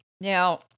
Now